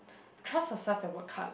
trust yourself and work hard